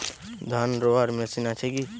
ধান রোয়ার মেশিন আছে কি?